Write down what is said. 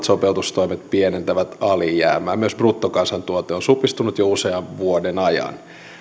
sopeutustoimet pienentävät alijäämää myös bruttokansantuote on supistunut jo usean vuoden ajan